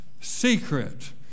secret